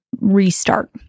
restart